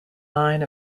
line